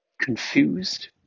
confused